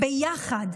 ביחד,